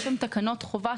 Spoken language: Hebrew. יש גם תקנות חובה,